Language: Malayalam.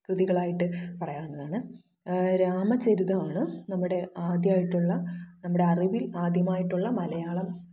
കൃതികളായിട്ട് പറയാവുന്നതാണ് രാമചരിതമാണ് നമ്മുടെ ആദ്യ ആയിട്ടുള്ള നമ്മുടെ അറിവിൽ ആദ്യമായിട്ടുള്ള മലയാളം